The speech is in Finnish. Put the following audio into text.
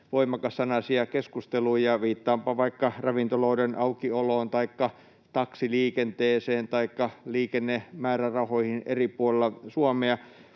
voimakassanaisia keskusteluja — viittaanpa vaikka ravintoloiden aukioloon taikka taksiliikenteeseen taikka liikennemäärärahoihin eri puolilla Suomea.